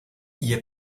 ihr